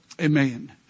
Amen